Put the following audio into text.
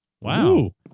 Wow